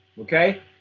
okay